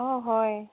অঁ হয়